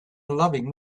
loving